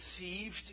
received